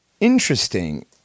Interesting